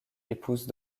épouse